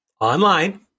online